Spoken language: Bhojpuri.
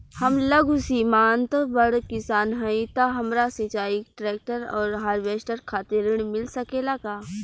हम लघु सीमांत बड़ किसान हईं त हमरा सिंचाई ट्रेक्टर और हार्वेस्टर खातिर ऋण मिल सकेला का?